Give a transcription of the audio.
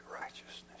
righteousness